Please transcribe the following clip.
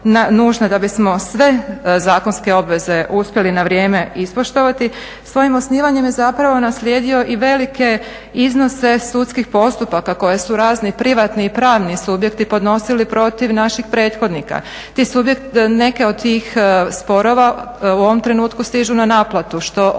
da bismo sve zakonske obveze uspjeli na vrijeme ispoštovati. Svojim osnivanjem je zapravo naslijedio i velike iznose sudskih postupaka koje su razni privatni i pravni subjekti ponosili protiv naših prethodnika. Ti subjekti, neke od tih sporova u ovom trenutku stižu na naplatu, što odmah